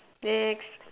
next